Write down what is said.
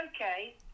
okay